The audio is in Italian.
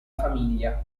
famiglia